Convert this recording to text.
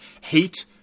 hate